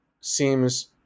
seems